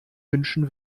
wünschen